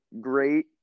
great